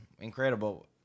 Incredible